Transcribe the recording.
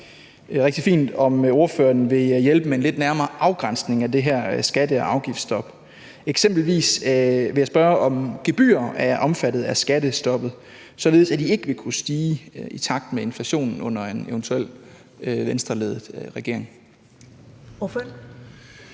rigtig fint, om ordføreren ville hjælpe med en lidt nærmere afgrænsning af det her skatte- og afgiftsstop. Jeg vil spørge, om eksempelvis gebyrer er omfattet af skattestoppet, således at de ikke vil kunne stige i takt med inflationen under en eventuel Venstreledet regering.